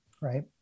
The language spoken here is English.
right